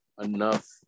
enough